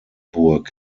burg